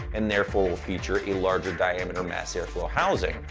and therefore will feature a larger diameter mass airflow housing.